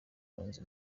bronze